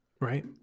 Right